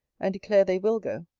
and declare they will go,